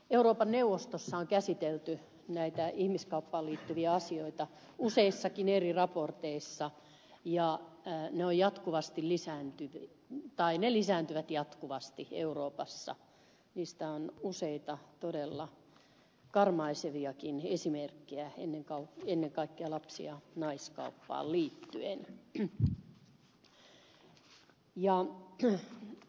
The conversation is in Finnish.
euroopan neuvostossa on käsitelty ihmiskauppaan liittyviä asioita useissakin eri raporteissa ja eino jatkuvasti lisääntynyt yli tai ne lisääntyvät jatkuvasti euroopassa mistä on useita todella karmaiseviakin esimerkkejä ennen kaikkea lapsi ja naiskauppaan liittyen